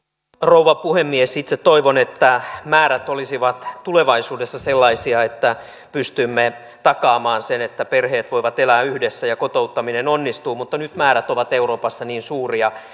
rouva puhemies itse toivon että määrät olisivat tulevaisuudessa sellaisia että pystymme takaamaan sen että perheet voivat elää yhdessä ja kotouttaminen onnistuu mutta nyt määrät ovat euroopassa niin suuria